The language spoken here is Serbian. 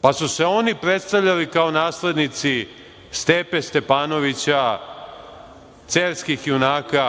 pa su se oni predstavljali kao naslednici Stepe Stepanovića, cerskih junaka,